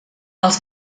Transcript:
els